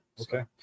Okay